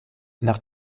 nach